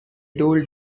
told